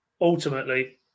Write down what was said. ultimately